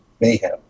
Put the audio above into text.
mayhem